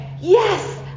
yes